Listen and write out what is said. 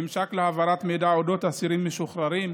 ממשק להעברת מידע על אודות אסירים משוחררים,